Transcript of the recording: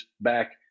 back